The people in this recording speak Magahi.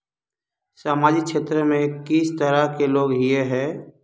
सामाजिक क्षेत्र में किस तरह के लोग हिये है?